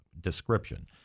Description